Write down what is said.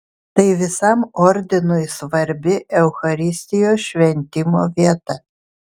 tai visam ordinui svarbi eucharistijos šventimo vieta